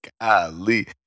Golly